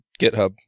GitHub